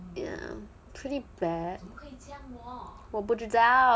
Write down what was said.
ya pretty bad 我不知道